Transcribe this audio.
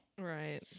Right